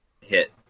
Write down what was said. hit